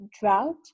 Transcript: drought